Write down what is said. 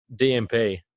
dmp